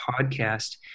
podcast